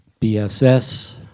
BSS